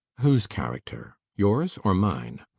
whose character? yours or mine?